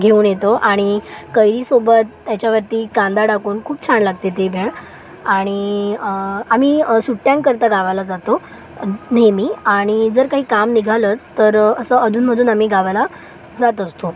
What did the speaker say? घेऊन येतो आणि कैरीसोबत त्याच्यावरती कांदा टाकून खूप छान लागते ती भेळ आणि आम्ही सुट्ट्यांकरता गावाला जातो नेहमी आणि जर काही काम निघालंच तर असं अधूनमधून आम्ही गावाला जात असतो